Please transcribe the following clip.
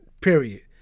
Period